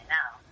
now